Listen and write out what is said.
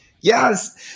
yes